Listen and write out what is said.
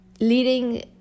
leading